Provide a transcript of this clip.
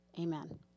Amen